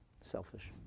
selfish